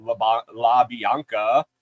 LaBianca